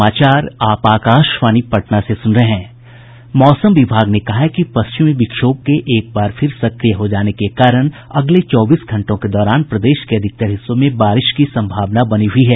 मौसम विभाग ने कहा है कि पश्चिमी विक्षोभ के एक बार फिर सक्रिय हो जाने के कारण अगले चौबीस घंटों के दौरान प्रदेश के अधिकतर हिस्सों में बारिश की संभावना बनी हुई है